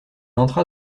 entra